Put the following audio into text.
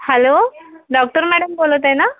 hello doctor madam बोलत आहे ना